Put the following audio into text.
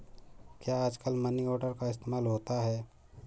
क्या आजकल money order का इस्तेमाल होता है?